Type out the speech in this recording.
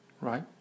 Right